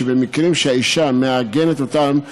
שבמקרים שהאישה מעגנת אותם הם